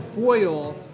foil